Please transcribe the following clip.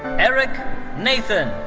eric nathan.